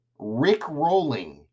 rickrolling